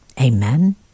Amen